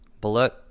Bullet